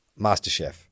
Masterchef